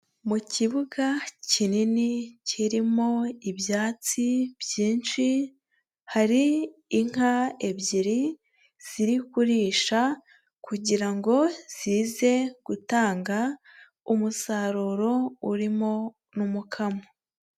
Mu kibuga kinini kirimo ibyatsi byinshi, hari inka ebyiri ziri kurisha kugira ngo zize gutanga umusaruro urimo n'umukamo.